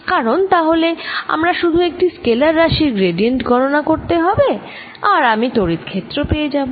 কারণ তাহলে আমায় শুধু একটি স্কেলার রাশির গ্র্যাডিয়েন্ট গণনা করতে হবে আর আমি তড়িৎ ক্ষেত্র পেয়ে যাবো